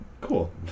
Cool